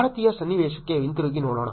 ಭಾರತೀಯ ಸನ್ನಿವೇಶಕ್ಕೆ ಹಿಂತಿರುಗಿ ನೋಡೋಣ